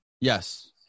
Yes